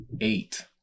eight